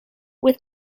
with